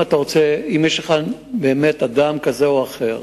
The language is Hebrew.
אם יש אדם כזה או אחר,